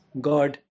God